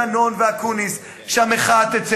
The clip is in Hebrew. דנון ואקוניס כשהמחאה תצא,